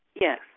Yes